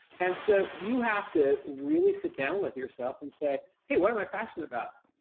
and so, you have to really sit down with yourself and say, hey, what am i passionate about?